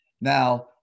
now